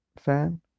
fan